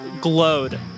glowed